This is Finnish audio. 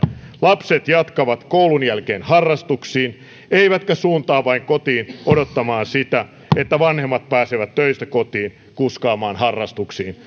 lapset jatkavat koulun jälkeen harrastuksiin eivätkä suuntaa vain kotiin odottamaan sitä että vanhemmat pääsevät töistä kotiin kuskaamaan harrastuksiin